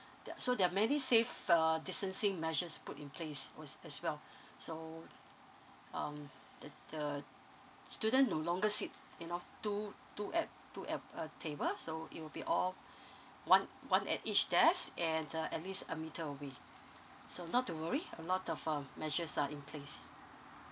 there are so there are many safe err distancing measures put in place was as well so um the the student no longer sit you know two two at two at a table so it will be all one one at each desk and uh at least a meter away so not to worry a lot of um measures are in place